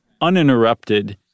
uninterrupted